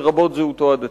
לרבות זהותו הדתית,